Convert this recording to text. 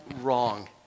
wrong